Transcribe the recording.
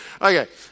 Okay